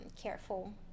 careful